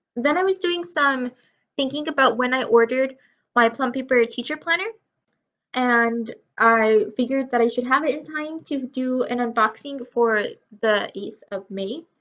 then i was doing some thinking about when i ordered my plum paper teacher planner and i figured that i should have it in time to do an unboxing for the eighth of may.